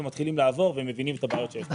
מתחילים לעבור ומבינים את הבעיות שיש.